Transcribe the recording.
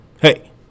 hey